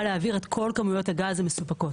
כדי להעביר את כל כמויות הגז המסופקות.